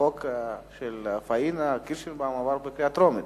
החוק של פאינה קירשנבאום עבר בקריאה טרומית.